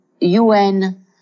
UN